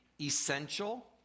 essential